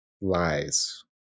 lies